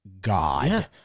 god